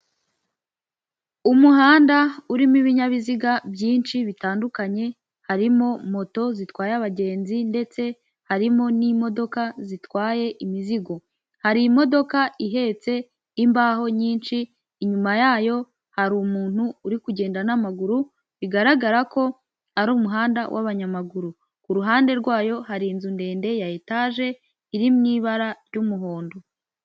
Umuhanda urimo ibinyabiziga byinshi bitandukanye, harimo moto zitwaye abagenzi ndetse harimo n'imodoka zitwaye imizigo. Hari imodoka ihetse imbaho nyinshi, inyuma yayo hari umuntu uri kugenda n'amaguru bigaragara ko ari umuhanda w'abanyamaguru, ku ruhande rwayo hari inzu ndende ya etaje iri mu ibara ry'umuhondo.